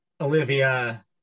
Olivia